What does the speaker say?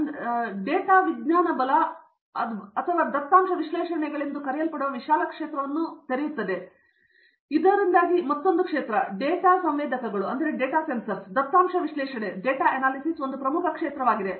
ಇದು ಡೇಟಾ ವಿಜ್ಞಾನ ಬಲ ಅಥವಾ ದತ್ತಾಂಶ ವಿಶ್ಲೇಷಣೆಗಳೆಂದು ಕರೆಯಲ್ಪಡುವ ವಿಶಾಲವಾದ ಕ್ಷೇತ್ರವನ್ನು ತೆರೆಯುತ್ತದೆ ಇದರಿಂದಾಗಿ ಮತ್ತೊಂದು ಕ್ಷೇತ್ರ ಡೇಟಾ ಸಂವೇದಕಗಳು ದತ್ತಾಂಶ ವಿಶ್ಲೇಷಣೆ ಒಂದು ಪ್ರಮುಖ ಕ್ಷೇತ್ರವಾಗಿದೆ